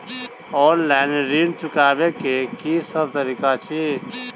Online ऋण चुकाबै केँ की सब तरीका अछि?